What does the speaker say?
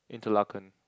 interlocking